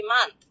month